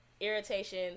irritation